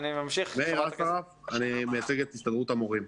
אני מייצג את הסתדרות המורים.